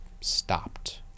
stopped